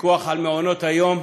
פיקוח על מעונות היום,